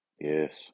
Yes